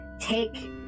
take